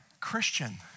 Christian